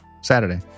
Saturday